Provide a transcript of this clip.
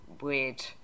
weird